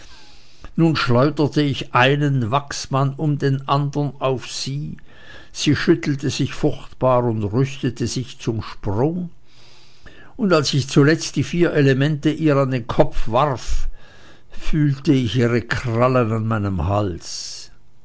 nun schleuderte ich einen wachsmann um den andern auf sie sie schüttelte sich furchtbar und rüstete sich zum sprunge und als ich zuletzt die vier elemente ihr an den kopf warf fühlte ich ihre krallen an meinem halse